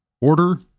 order